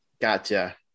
Gotcha